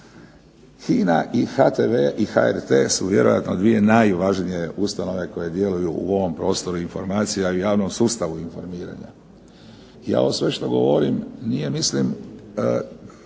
HINA i HTV-e i HRT-e su vjerojatno 2 najvažnije ustanove koje djeluju u ovom prostoru informacija u javnom sustavu informiranja. Ja ovo sve što govorim nije mislim,